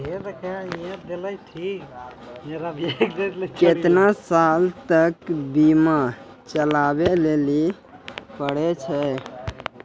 केतना साल तक बीमा चलाबै लेली पड़ै छै?